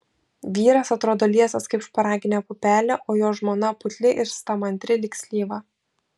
vyras atrodo liesas kaip šparaginė pupelė o jo žmona putli ir stamantri lyg slyva